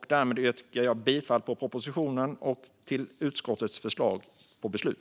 Därmed yrkar jag bifall till propositionen och utskottets förslag till beslut.